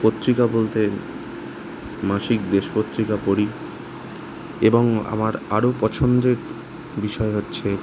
পত্রিকা বলতে মাসিক দেশ পত্রিকা পড়ি এবং আমার আরো পছন্দের বিষয় হচ্ছে